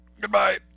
Goodbye